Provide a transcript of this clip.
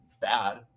bad